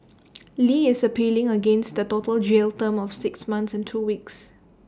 li is appealing against the total jail term of six months and two weeks